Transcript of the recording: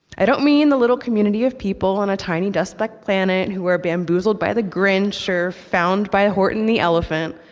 i don't mean the little community of people on a tiny dust-speck planet who are bamboozled by the grinch or found by horton the elephant,